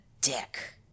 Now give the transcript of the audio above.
dick